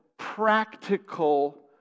practical